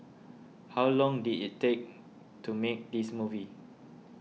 how long did it take to make this movie